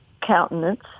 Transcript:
countenance